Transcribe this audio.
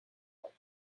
luck